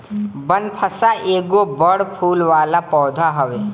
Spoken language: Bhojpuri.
बनफशा एगो बड़ फूल वाला पौधा हवे